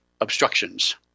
obstructions